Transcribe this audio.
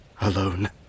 Alone